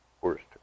worst